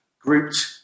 grouped